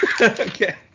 okay